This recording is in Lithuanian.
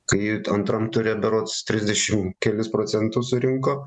kai antram ture berods trisdešim kelis procentus surinko